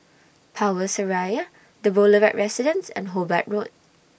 Power Seraya The Boulevard Residence and Hobart Road